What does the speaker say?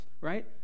right